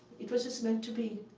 it was just meant to be.